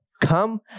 come